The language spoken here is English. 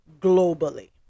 globally